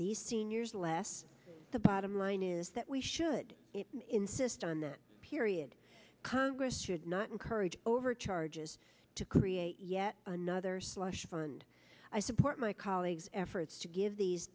the seniors less the bottom line is that we should insist on a period congress should not encourage overcharges to create yet another slush fund i support my colleague's efforts to give these